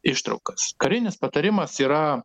ištraukas karinis patarimas yra